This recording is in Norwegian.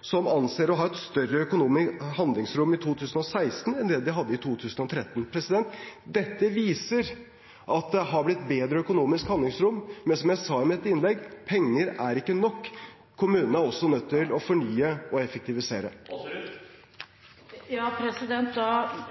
som anser å ha et større økonomisk handlingsrom i 2016 enn de hadde i 2013. Dette viser at det har blitt bedre økonomisk handlingsrom, men som jeg sa i mitt innlegg, penger er ikke nok, kommunene er også nødt til å fornye og effektivisere. Da